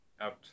out